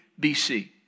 BC